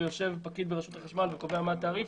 ויושב פקיד ברשות החשמל וקובע מהו התעריף